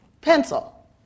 pencil